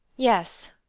yes,